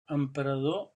emperador